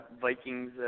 vikings